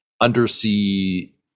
undersea